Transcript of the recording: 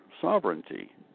sovereignty